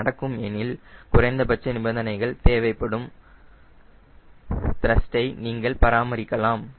இது நடக்கும் எனில் குறைந்தபட்ச நிபந்தனைகள் தேவைப்படும் த்ரஸ்ட் ஐ நீங்கள் பராமரிக்கலாம்